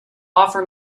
offer